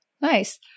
Nice